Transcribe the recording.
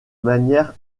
manière